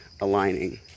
aligning